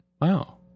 Wow